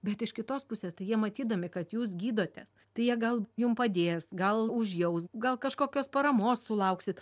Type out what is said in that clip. bet iš kitos pusės tai jie matydami kad jūs gydotės tai jie gal jum padės gal užjaus gal kažkokios paramos sulauksit